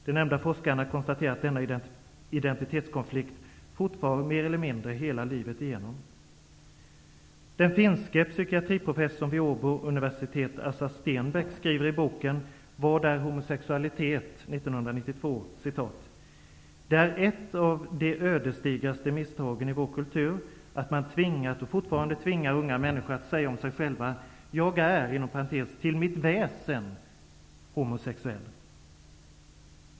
De nämnda forskarna konstaterade att denna identitetskonflikt fortfar mer eller mindre hela livet igenom. Assar Stenbäck skriver i boken ''Vad är homosexualitet? '', 1992: ''Det är ett av de ödesdigraste misstagen i vår kultur, att man tvingat och fortfarande tvingar unga människor att säga om sig själva: ''Jag är homosexuell.'